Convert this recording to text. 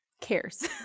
cares